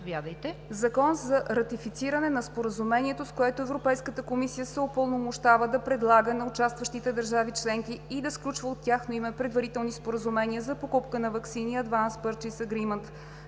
за ратифициране на Споразумението, с което Европейската комисия се упълномощава да предлага на участващите държави членки и да сключва от тяхно име предварителни споразумения за покупка на ваксини (Advance Purchase